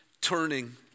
turning